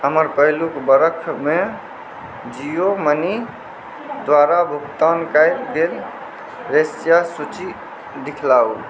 हमर पहिलुक बरखमे जियो मनी द्वारा भुगतान कयल गेल रेस्तरांक सूची दिखलाउ